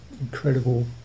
incredible